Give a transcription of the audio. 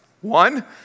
One